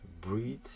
breathe